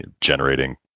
generating